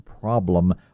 problem